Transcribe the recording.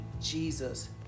Jesus